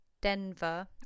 Denver